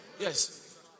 Yes